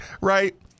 Right